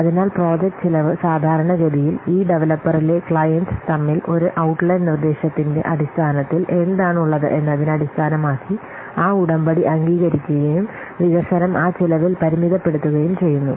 അതിനാൽ പ്രോജക്റ്റ് ചെലവ് സാധാരണഗതിയിൽ ഈ ഡവലപ്പറിലെ ക്ലയന്റ് തമ്മിൽ ഒരു ഔട്ട്ലൈൻ നിർദ്ദേശത്തിന്റെ അടിസ്ഥാനത്തിൽ എന്താണുള്ളത് എന്നതിനെ അടിസ്ഥാനമാക്കി ആ ഉടമ്പടി അംഗീകരിക്കുകയും വികസനം ആ ചെലവിൽ പരിമിതപ്പെടുത്തുകയും ചെയ്യുന്നു